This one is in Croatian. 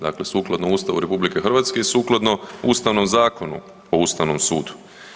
Dakle, sukladno Ustavu RH i sukladno Ustavnom zakonu o ustavnom sudu.